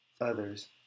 others